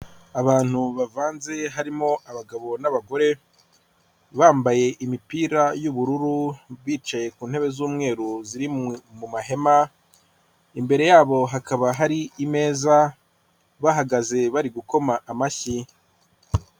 Abantu bavanze harimo abagabo n'abagore bambaye imipira y'ubururu bicaye ku ntebe z'umweru ziri mu mahema imbere yabo hakaba hari imeza bahagaze bari gukoma amashyi.